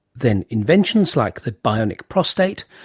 then inventions like the bionic prostate,